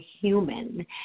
human